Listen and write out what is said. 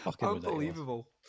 Unbelievable